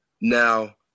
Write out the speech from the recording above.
Now